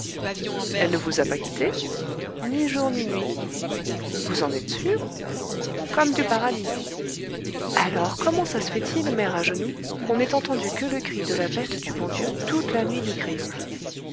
elle ne vous a pas quittée ni jour ni nuit vous en êtes sûre comme du paradis alors comment ça se fait-il mère agenoux qu'on n'ait entendu que le cri de la bête du bon dieu toute la nuit du crime